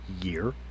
year